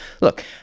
Look